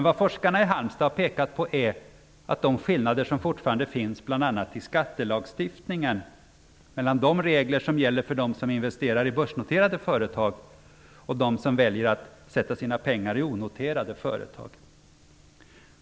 Vad forskarna i Halmstad har pekat på är de skillnader som fortfarande finns bl.a. i skattelagstiftningen mellan de regler som gäller för dem som investerar i börsnoterade företag och de regler som gäller för dem som väljer att investera sina pengar i onoterade företag.